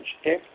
Okay